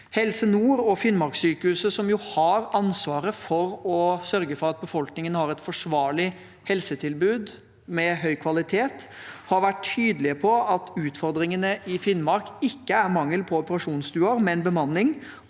Helse nord og Finnmarkssykehuset, som har ansvaret for å sørge for at befolkningen har et forsvarlig helsetilbud med høy kvalitet, har vært tydelige på at utfordringene i Finnmark ikke er mangel på operasjonsstuer, men bemanning,